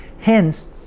Hence